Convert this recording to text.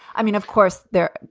i mean, of course there are.